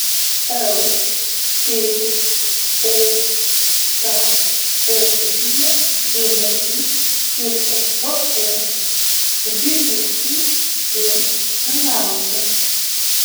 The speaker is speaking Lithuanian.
ltok posėdyje dėmesys skirtas baku tbilisiui ir finansams